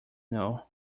know